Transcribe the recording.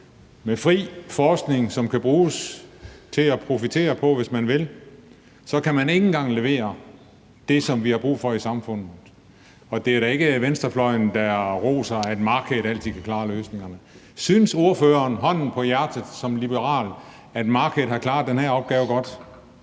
Med fri forskning, som kan bruges til at profitere på, hvis man vil, så kan man ikke engang levere det, som vi har brug for i samfundet. Og det er da ikke venstrefløjen, der roser, at markedet altid kan finde løsningerne. Synes ordføreren som liberal, hånden på hjertet, at markedet har klaret den her opgave godt?